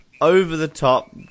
over-the-top